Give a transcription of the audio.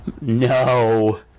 No